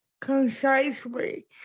concisely